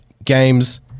games